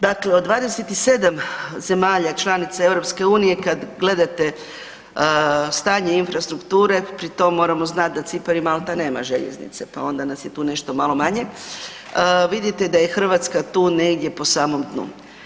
Dakle, od 27 zemalja članica EU kada gledate stanje infrastrukture pri tom moramo znati da Cipar i Malta nema željeznice pa onda nas je tu nešto malo manje, vidite da je Hrvatska tu negdje po samom dnu.